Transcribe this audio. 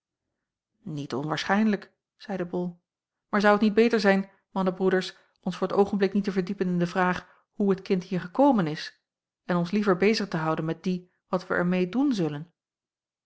niet onwaarschijnlijk zeide bol maar zou het niet beter zijn mannen broeders ons voor t oogenblik niet te verdiepen in de vraag hoe het kind hier gekomen is en ons liever bezig te houden met die wat wij er meê doen zullen